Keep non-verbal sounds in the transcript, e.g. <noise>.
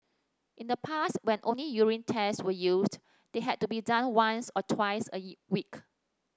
in the past when only urine tests were used they had to be done once or twice a <unintelligible> week